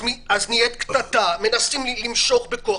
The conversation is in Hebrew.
אז נהיית קטטה, מנסים למשוך בכוח.